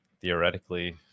theoretically